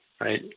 right